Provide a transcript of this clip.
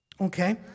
Okay